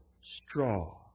straw